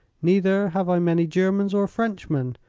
neither have i many germans or frenchmen,